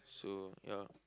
so ya